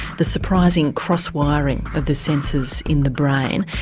the surprising cross-wiring of the senses in the brain.